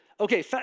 Okay